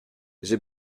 j’ai